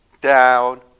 Down